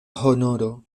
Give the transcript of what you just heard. honoro